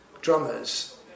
drummers